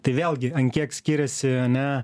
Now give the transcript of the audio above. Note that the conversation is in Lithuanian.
tai vėlgi ant kiek skiriasi ane